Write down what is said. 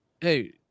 hey